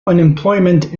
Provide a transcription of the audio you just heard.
unemployment